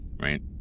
right